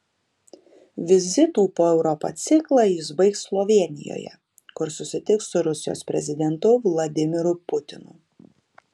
vizitų po europą ciklą jis baigs slovėnijoje kur susitiks su rusijos prezidentu vladimiru putinu